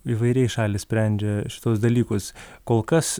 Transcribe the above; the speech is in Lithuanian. įvairiai šalys sprendžia šituos dalykus kol kas